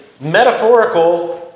metaphorical